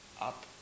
up